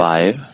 Five